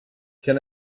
can